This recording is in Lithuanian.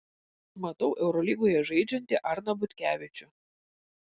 matau eurolygoje žaidžiantį arną butkevičių